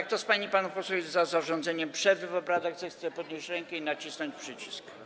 Kto z pań i panów posłów jest za zarządzeniem przerwy w obradach, zechce podnieść rękę i nacisnąć przycisk.